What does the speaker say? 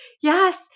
yes